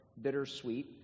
Bittersweet